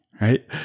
right